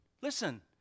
listen